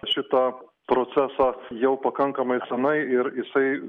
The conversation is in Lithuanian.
šito proceso jau pakankamai senai ir jisai